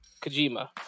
Kojima